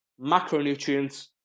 macronutrients